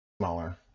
smaller